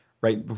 right